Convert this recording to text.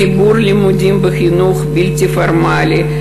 תגבור לימודים בחינוך בלתי פורמלי.